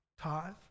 tithe